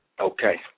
Okay